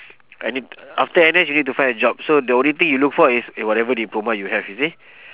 I need after N_S you need to find a job so the only thing you look for is eh whatever diploma you have you see